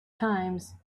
times